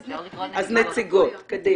לא, אז נציג --- אז נציגות, קדימה.